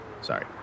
sorry